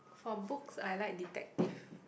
for books I like detective